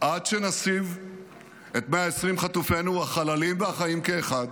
עד שנשיב את 120 חטופינו, החללים והחיים כאחד,